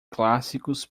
clássicos